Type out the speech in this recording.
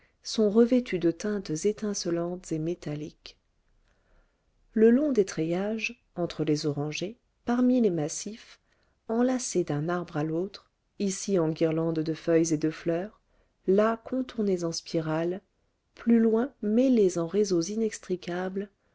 sont revêtues de teintes étincelantes et métalliques le long des treillages entre les orangers parmi les massifs enlacées d'un arbre à l'autre ici en guirlandes de feuilles et de fleurs là contournées en spirales plus loin mêlées en réseaux inextricables